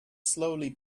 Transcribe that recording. slowly